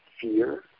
fear